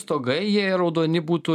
stogai jie ir raudoni būtų